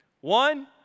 One